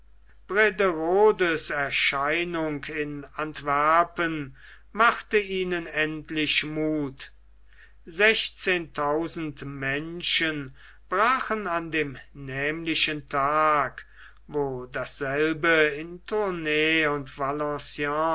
erscheinung in antwerpen machte ihnen endlich muth sechzehntausend menschen brachen an dem nämlichen tag wo dasselbe in tournay und